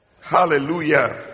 Hallelujah